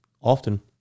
often